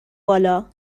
بالا